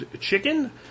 chicken